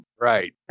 Right